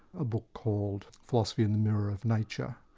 a book called philosophy and the mirror of nature,